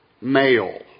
male